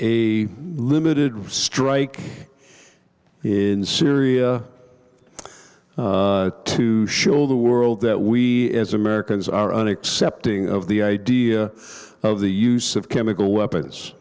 a limited strike in syria to show the world that we as americans are an accepting of the idea of the use of chemical weapons